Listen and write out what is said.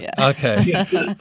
Okay